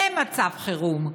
זה מצב חירום.